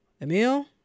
Emil